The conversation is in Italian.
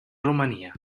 romania